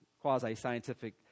quasi-scientific